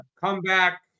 Comeback